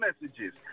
messages